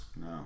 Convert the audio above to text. no